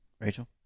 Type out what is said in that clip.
Rachel